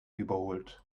überholt